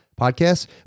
podcasts